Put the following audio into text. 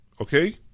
Okay